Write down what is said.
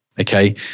Okay